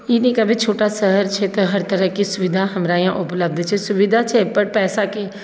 ई नहि कहबै छोटा शहर छै तऽ हर तरहके सुविधा हमरा यहाँ उपलब्ध छै सुविधा छै पर पैसाके